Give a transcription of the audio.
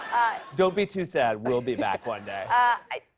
don't be too sad. we'll be back one day. ah,